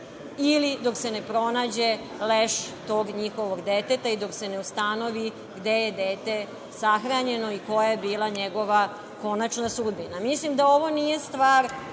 ili dok se ne pronađe leš tog njihovog deteta i dok se ne ustanovi gde je dete sahranjeno i koja je bila njegova konačna sudbina. Mislim da ovo nije stvar